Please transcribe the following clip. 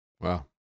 Wow